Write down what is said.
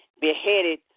beheaded